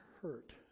hurt